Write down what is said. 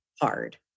hard